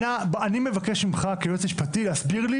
אבל אני מבקש ממך כיועץ משפטי להסביר לי